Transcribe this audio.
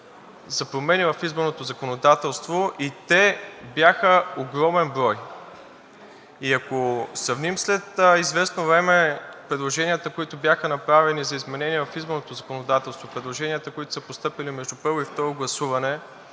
за промени в изборното законодателство и те бяха огромен брой. Ако сравним след известно време предложенията, които бяха направени за изменение в изборното законодателство, предложенията, които са постъпили между първо и второ гласуване,